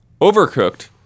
Overcooked